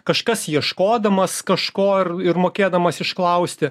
kažkas ieškodamas kažko ar ir mokėdamas išklausti